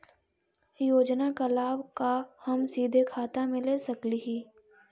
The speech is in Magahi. योजना का लाभ का हम सीधे खाता में ले सकली ही?